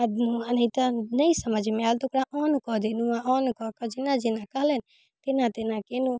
आओर ने समझमे आयल तऽ ओकरा ऑन कऽ देलहुँ आओर ऑन कऽके जेना जेना कहलथि तेना तेना केलहुँ